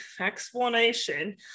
explanation